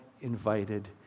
invited